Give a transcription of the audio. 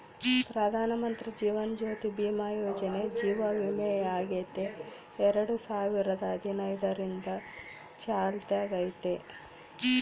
ಪ್ರಧಾನಮಂತ್ರಿ ಜೀವನ ಜ್ಯೋತಿ ಭೀಮಾ ಯೋಜನೆ ಜೀವ ವಿಮೆಯಾಗೆತೆ ಎರಡು ಸಾವಿರದ ಹದಿನೈದರಿಂದ ಚಾಲ್ತ್ಯಾಗೈತೆ